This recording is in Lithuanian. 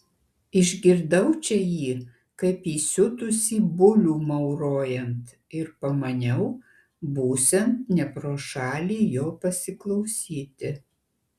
išgirdau čia jį kaip įsiutusį bulių maurojant ir pamaniau būsiant ne pro šalį jo pasiklausyti